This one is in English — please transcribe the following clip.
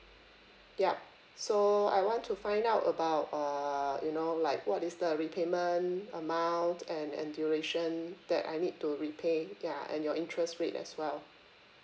yup so I want to find out about uh you know like what is the repayment amount and and duration that I need to repay ya and your interest rate as well